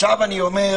אתה צודק.